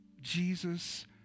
Jesus